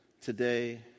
today